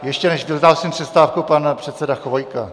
Ještě než vyhlásím přestávku, pan předseda Chvojka.